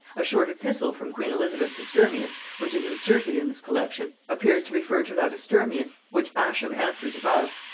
a short epistle from queen elizabeth to sturmius, which is inserted in this collection, appears to refer to that of sturmius which ascham answers above.